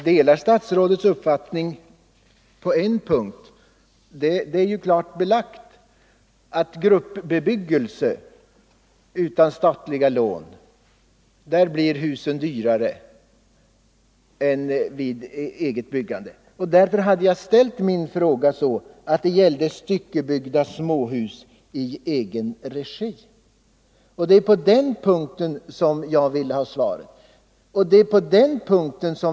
Herr talman! Det är klart belagt att gruppbebyggelse utan statliga lån ofta blir dyrare. Därför hade jag ställt min fråga så, att den gällde styckebyggda småhus i egen regi. Det är på den punkten som jag vill ha svar.